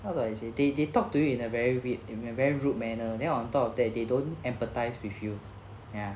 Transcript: how do I say they they they talk to you in a very weak in a very rude manner then on top of that they don't empathise with you ya